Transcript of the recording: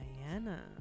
diana